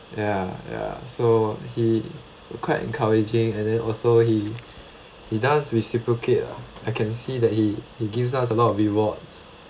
ya ya so he quite encouraging and then also he he does reciprocate ah I can see that he he gives us a lot of rewards